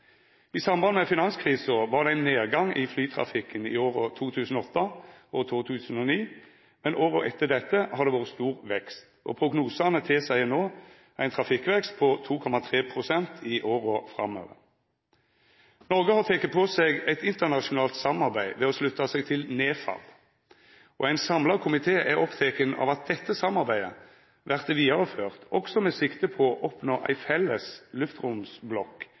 I samband med finanskrisa var det ein nedgang i flytrafikken i åra 2008 og 2009, men åra etter dette har det vore stor vekst, og prognosane tilseier no ein trafikkvekst på 2,3 pst. i åra framover. Noreg har teke på seg eit internasjonalt samarbeid ved å slutta seg til NEFAB, og ein samla komité er oppteken av at dette samarbeidet vert ført vidare med sikte på å oppnå ei felles luftromsblokk,